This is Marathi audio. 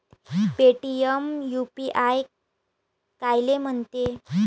पेटीएम यू.पी.आय कायले म्हनते?